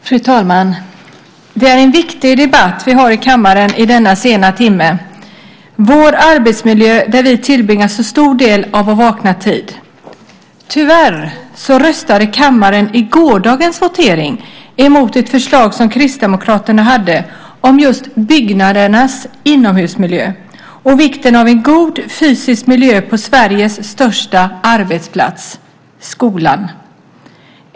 Fru talman! Det är en viktig debatt vi har i kammaren i denna sena timme om vår arbetsmiljö där vi tillbringar en så stor del av vår vakna tid. Tyvärr röstade kammaren i gårdagens votering emot ett förslag som Kristdemokraterna hade om just byggnaders inomhusmiljö och vikten av en god fysisk miljö på Sveriges största arbetsplats - skolan.